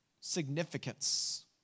significance